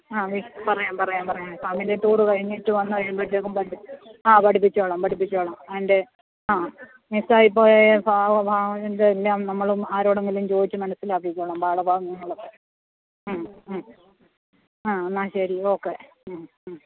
ആ പറയാം പറയാം പറയാം ഫാമിലി ടൂർ കഴിഞ്ഞിട്ട് വന്ന് കഴിയുമ്പത്തേക്ക് പറയാം ആ പഠിപ്പിച്ചോളാം പഠിപ്പിച്ചോളാം അതിൻ്റെ ആ മിസ്സായി പോയ ഭാഗം അതിൻ്റെ എല്ലാം നമ്മള് ആരോടെങ്കിലും ചോദിച്ച് മനസിലാക്കിക്കോളാം പാഠ ഭാഗങ്ങളൊക്കെ മ്മ് മ്മ് ആ എന്നാൽ ശരി ഓക്കേ മ്മ് മ്മ്